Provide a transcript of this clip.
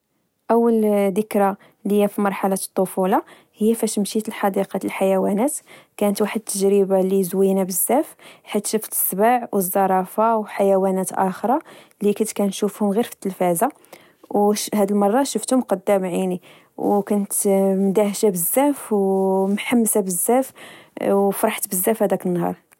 أول دكرى ليا فمرحلة الطفولة هي فاش مشيت لحديقة الحيوانات. كانت واحد التجربة لي زوينة بزاف حيث شفت السبع والزرافة وحيوانات أخرى لي كنت كنشوفهم غير في التلفزة، وهاد لمورة شفتهم قدام عيني. كنت مندهشا بزاف، ومحمسة بزاف، فرحت بزاف هداك النهار